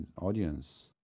audience